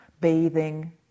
Bathing